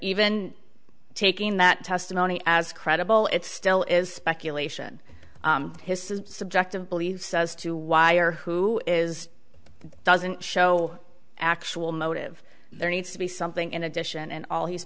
even taking that testimony as credible it still is speculation his subjective beliefs as to why or who is doesn't show actual motive there needs to be something in addition and all he's